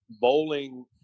bowling